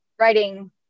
writing